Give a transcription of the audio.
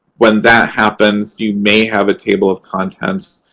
when that happens, you may have a table of contents,